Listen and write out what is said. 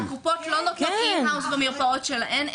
הקופות לא נותנות אין-האוס במרפאות שלהן,